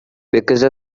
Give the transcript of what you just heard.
because